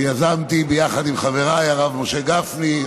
שיזמתי ביחד עם חבריי הרב משה גפני,